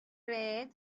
red